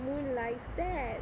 moon likes that